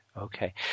okay